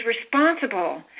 responsible